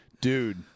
dude